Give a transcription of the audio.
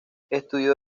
estudió